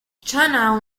chan